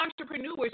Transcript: entrepreneurs